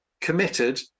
committed